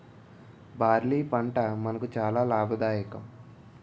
barley పంట మనకు చాలా లాభదాయకం